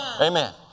Amen